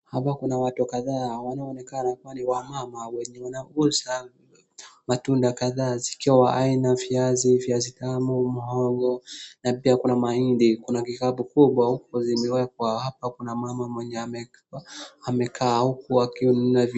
Hapa kuna watu kadhaa ambao wamekaa wanaonekana ni wamama wanaouza matunda kadhaa zikiwa aina viazi, viazi vitamu, muhogo na pia kuna mahindi na kuna kikapu kubwa huko vimewekwa. Hapa kuna mama mwenye amekaa huku akinunua.